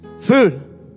food